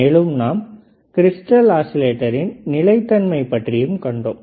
மேலும் நாம் கிறிஸ்டல் ஆசிலேட்டரின் நிலைத்தன்மையை பற்றியும் கண்டோம்